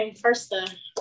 First